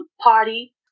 party